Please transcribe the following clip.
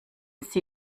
sie